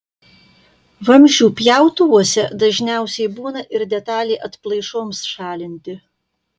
vamzdžių pjautuvuose dažniausiai būna ir detalė atplaišoms šalinti